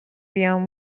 بیام